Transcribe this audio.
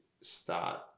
start